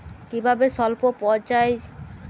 কিভাবে সল্প পরিচর্যায় ঝিঙ্গের ফলন কয়েক গুণ বাড়ানো যায়?